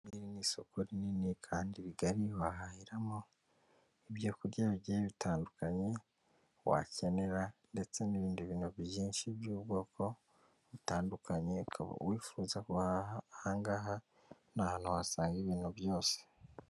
Iri ni isoko rinini kandi bigari wahahiramo ibyokurya bigiye bitandukanye, wakenera ndetse n'ibindi bintu byinshi by'ubwoko butandukanye ukaba wifuza guhaha ahangaha ni ahantu wasanga ibintu byose.